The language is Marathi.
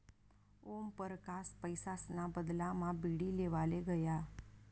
ओमपरकास पैसासना बदलामा बीडी लेवाले गया